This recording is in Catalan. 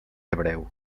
hebreu